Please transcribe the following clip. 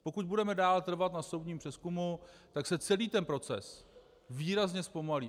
Pokud budeme dál trvat na soudním přezkumu, tak se celý ten proces výrazně zpomalí.